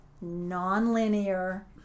non-linear